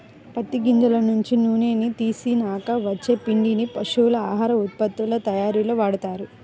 పత్తి గింజల నుంచి నూనెని తీసినాక వచ్చే పిండిని పశువుల ఆహార ఉత్పత్తుల తయ్యారీలో వాడతారు